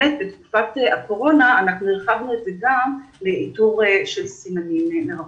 בתקופת הקורונה הרחבנו את זה גם לאיתור של סימנים מרחוק.